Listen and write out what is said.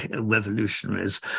revolutionaries